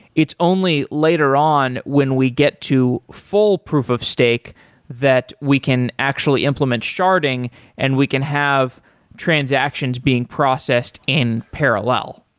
it's only later on when we get to full proof of stake that we can actually implement sharding and we can have transactions being processed in parallel.